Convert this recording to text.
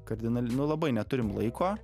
kardinal labai neturim laiko